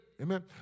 Amen